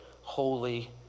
holy